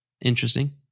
interesting